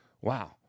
Wow